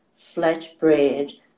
flatbread